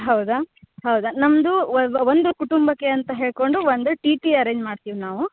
ಹೌದ ಹೌದ ನಮ್ಮದು ಒಂದು ಕುಟುಂಬಕ್ಕೆ ಅಂತ ಹೇಳ್ಕೊಂಡು ಒಂದು ಟಿಟಿ ಅರೇಂಜ್ ಮಾಡ್ತೀವಿ ನಾವು